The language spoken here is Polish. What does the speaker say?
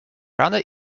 ranę